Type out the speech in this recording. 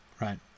right